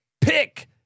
pick